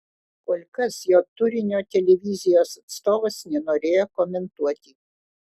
kol kas jo turinio televizijos atstovas nenorėjo komentuoti